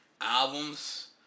albums